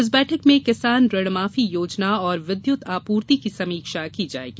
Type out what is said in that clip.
इस बैठक में किसान ऋणमाफी योजना और विद्युत आपूर्ति की समीक्षा की जायेगी